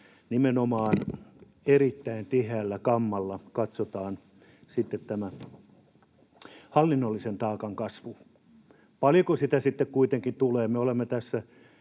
nimenomaan erittäin tiheällä kammalla katsotaan tämä hallinnollisen taakan kasvu, että paljonko sitä sitten kuitenkin tulee.